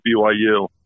BYU